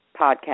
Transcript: podcast